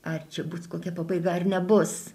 ar čia bus kokia pabaiga ar nebus